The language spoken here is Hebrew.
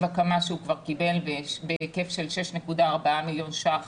הקמה שהוא כבר קיבל בהיקף של 6.4 מיליון שקלים